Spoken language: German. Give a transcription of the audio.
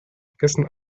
vergessen